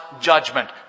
judgment